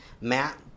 Matt